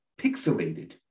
pixelated